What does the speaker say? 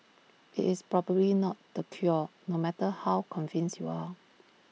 IT is probably not the cure no matter how convinced you are